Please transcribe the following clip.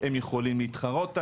הם יכולים להתחרות עליו,